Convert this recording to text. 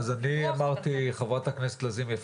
ח"כ לזימי,